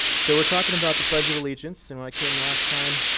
so we're talking about the pledge of allegiance. and when i came last time,